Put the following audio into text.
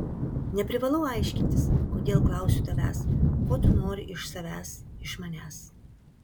neprivalau aiškintis kodėl klausiu tavęs ko tu nori iš savęs iš manęs